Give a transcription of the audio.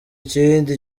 ikindi